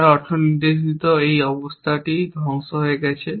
যার অর্থ নির্দেশিত এই অবস্থাটি ধ্বংস হয়ে গেছে